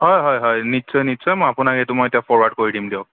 হয় হয় হয় নিশ্চয় নিশ্চয় মই আপোনাক এইটো মই এতিয়া ফৰৱাৰ্ড কৰি দিম দিয়ক